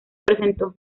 presentó